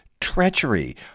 treachery